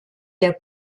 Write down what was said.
der